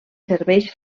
serveix